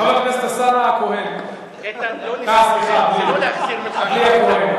חבר הכנסת אלסאנע-הכהן, אה, סליחה, בלי, בלי הכהן.